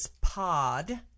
Pod